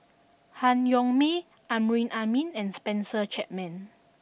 Han Yong May Amrin Amin and Spencer Chapman